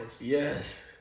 Yes